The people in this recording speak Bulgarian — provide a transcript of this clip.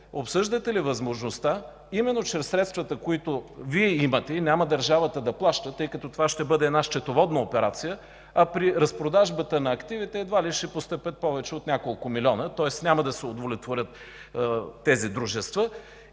обсъждате ли възможността именно чрез средствата, които Вие имате и държавата няма да плаща, тъй като това ще бъде счетоводна операция, а при разпродажбата на активите едва ли ще постъпят повече от няколко милиона, тоест няма да се удовлетворят тези дружества,